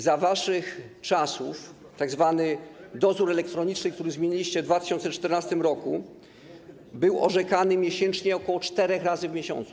Za waszych czasów tzw. dozór elektroniczny, który zmieniliście w 2014 r., był orzekany około czterech razy w miesiącu.